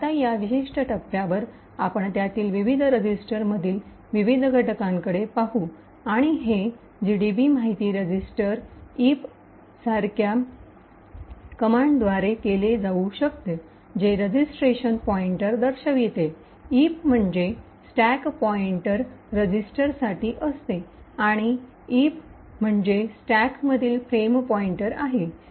आता या विशिष्ट टप्प्यावर आपण त्यातील विविध रजिस्टर मधील विविध घटकांकडे पाहू आणि हे gdb माहिती रजिस्टर इप gdb info registers eip सारख्या कमांड द्वारे केले जाऊ शकते जे इंस्ट्रक्शन पॉईंटर दर्शविते esp म्हणजे स्टॅक पॉईंटर रजिस्टरसाठी असते आणि ebp म्हणजे स्टॅकमधील फ्रेम पॉईंटर आहे